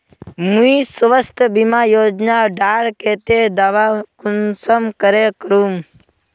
मुई स्वास्थ्य बीमा योजना डार केते दावा कुंसम करे करूम?